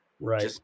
Right